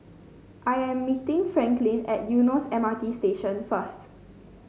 I am meeting Franklin at Eunos M R T Station first